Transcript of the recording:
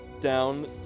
down